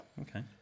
Okay